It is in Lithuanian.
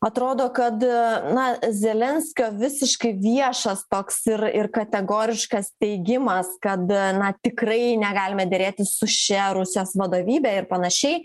atrodo kad na zelenskio visiškai viešas toks ir ir kategoriškas teigimas kad na tikrai negalime derėtis su šia rusijos vadovybe ir panašiai